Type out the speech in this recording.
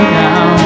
now